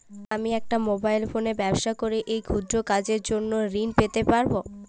আমি একটি মোবাইল ফোনে ব্যবসা করি এই ক্ষুদ্র কাজের জন্য ঋণ পেতে পারব?